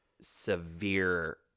severe